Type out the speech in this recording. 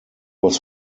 was